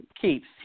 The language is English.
keeps